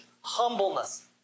humbleness